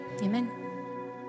amen